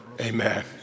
Amen